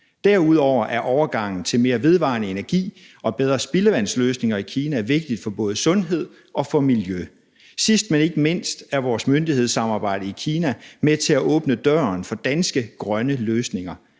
Derudover er overgangen til mere vedvarende energi og bedre spildevandsløsninger i Kina vigtigt for både sundhed og for miljø. Sidst, men ikke mindst, er vores myndighedssamarbejde i Kina med til at åbne døren for danske grønne løsninger,